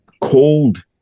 cold